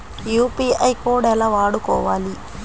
UPI code ఎలా వాడుకోవాలి?